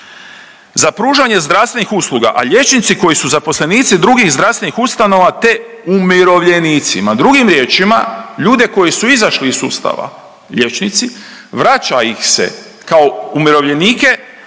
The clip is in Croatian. za pružanje zdravstvenih usluga, a liječnici koji su zaposlenici drugih zdravstvenih ustanova, te umirovljenicima. Drugim riječima, ljude koji su izašli iz sustava, liječnici, vraća ih se kao umirovljenike